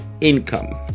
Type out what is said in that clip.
Income